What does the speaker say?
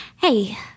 Hey